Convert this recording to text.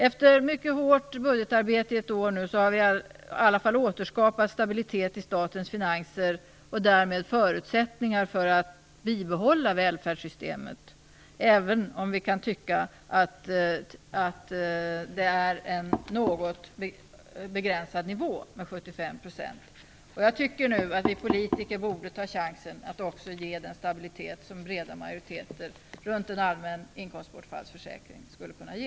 Efter ett mycket hårt budgetarbete under ett års tid har vi i alla fall återskapat stabilitet i statens finanser och därmed förutsättningar för att bibehålla välfärdssystemet, även om vi kan tycka att 75 % är en något begränsad nivå. Jag tycker nu att vi politiker borde ta chansen att ge den stabilitet som en bred majoritet kring en allmän inkomstbortfallsförsäkring skulle kunna ge.